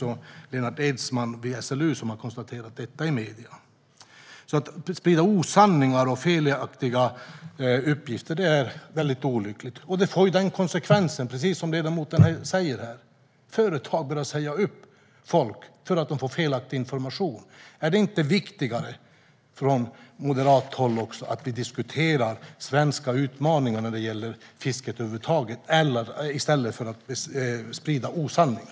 Lennart Edsman vid SLU har konstaterat detta i medierna. Det är mycket olyckligt att det sprids osanningar och felaktiga uppgifter i medierna. Det får konsekvensen, precis som ledamoten säger, att företag börjar säga upp folk. Är det inte viktigare från moderat håll att vi diskuterar svenska utmaningar när det gäller fisket i stället för att sprida osanningar?